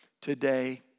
today